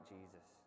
Jesus